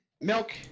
Milk